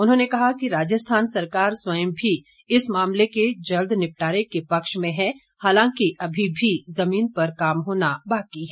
उन्होंने कहा कि राजस्थान सरकार स्वयं भी इस मामले के जल्द निपटारे के पक्ष में है हालांकि अभी भी जमीन पर काम होना बाकी है